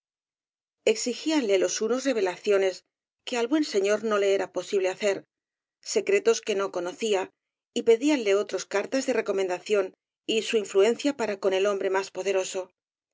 escritores exigíanle los unos revelaciones que al buen señor no le era posible hacer secretos que no conocía y pedíanle otros cartas de recomendación y su influencia para con el hombre más poderoso